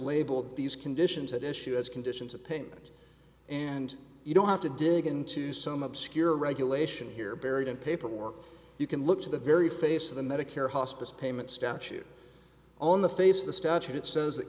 labeled these conditions at issue as conditions of payment and you don't have to dig into some obscure regulation here buried in paperwork you can look to the very face of the medicare hospice payment statute on the face of the statute it says that